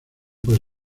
puede